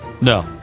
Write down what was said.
No